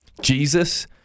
Jesus